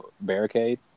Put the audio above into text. barricade